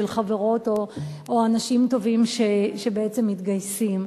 של חברות או אנשים טובים שבעצם מתגייסים.